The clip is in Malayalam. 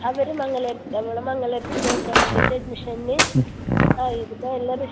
അവർ മംഗലാപുരത്ത് അവളെ മംഗലാപുരത്ത് ചേർക്കാൻ വേണ്ടിയിട്ട് അഡ്മിഷന് ആ ഇത് ഇപ്പോൾ എല്ലാവരും